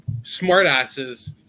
smartasses